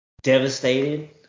devastated